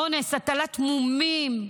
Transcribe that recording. אונס, הטלת מומים,